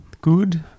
Good